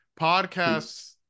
podcasts